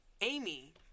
Amy